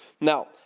Now